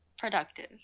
productive